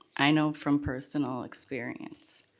i know from personal experience.